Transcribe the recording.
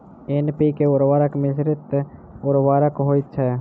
NPK उर्वरक मिश्रित उर्वरक होइत छै